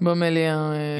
במליאה תמונות.